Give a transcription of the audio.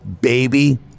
baby